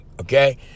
okay